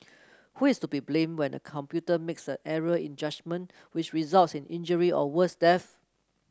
who is to be blamed when a computer makes an error in judgement which results in injury or worse death